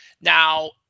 Now